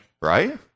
right